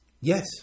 Yes